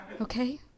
Okay